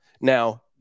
now